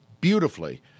beautifully